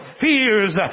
fears